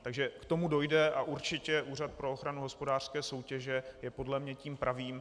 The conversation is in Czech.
Takže k tomu dojde a určitě Úřad pro ochranu hospodářské soutěže je podle mě tím pravým.